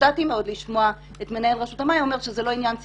הופתעתי מאוד לשמוע את מנהל רשות המים אומר שזה לא עניין ציבורי.